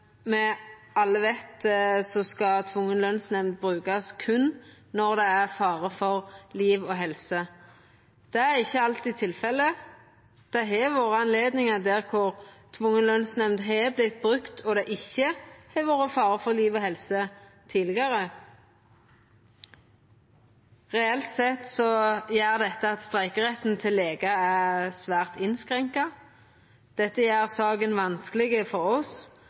alle veit, skal tvungen lønsnemnd brukast berre når det er fare for liv og helse. Det er ikkje alltid tilfellet. Det har vore anledningar tidlegare der tvungen lønsnemnd har vorte brukt og det ikkje har vore fare for liv og helse. Reelt sett gjer dette at streikeretten til legar er svært innskrenka. Dette gjer saka vanskeleg for oss,